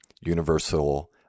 universal